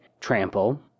trample